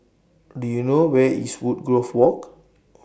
Do YOU know Where IS Woodgrove Walk